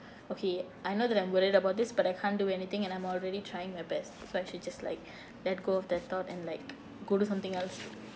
okay I know that I'm worried about this but I can't do anything and I'm already trying my best so I should just like let go of that thought and like go do something else